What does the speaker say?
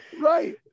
right